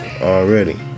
Already